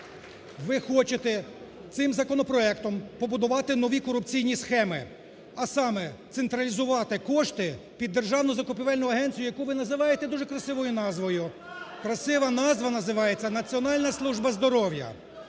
Ви хочете цим законопроектом побудувати нові корупційні схеми, а саме централізувати кошти під державну закупівельну агенцію, яку ви називаєте дуже красивою назвою, красива назва називається: Національна служба здоров'я.